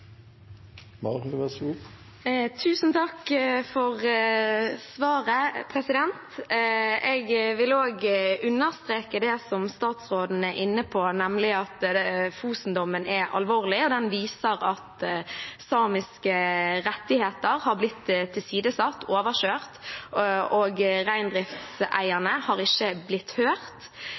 Tusen takk for svaret. Jeg vil også understreke det statsråden er inne på, nemlig at Fosen-dommen er alvorlig. Den viser at samiske rettigheter har blitt tilsidesatt og overkjørt, og at reindriftseierne ikke har blitt hørt.